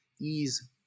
ease